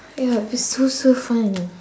yup it sounds so fun